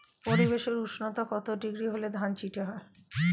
পরিবেশের উষ্ণতা কত ডিগ্রি হলে ধান চিটে হয়?